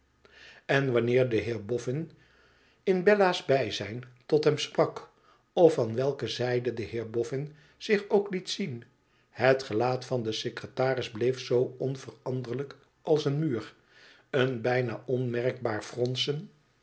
en wanneer de heer boffin ook bella's bijzijn tot hem sprak of van welke zijde de heer boffin zich ook liet zien het gelaat van den secretaris bleef zoo onveranderlijk als een muur en bijna onmerkbaar fronsen